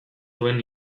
duen